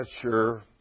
sure